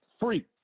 free